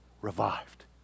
revived